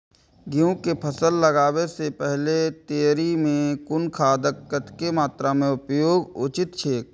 गेहूं के फसल लगाबे से पेहले तरी में कुन खादक कतेक मात्रा में उपयोग उचित छेक?